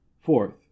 Fourth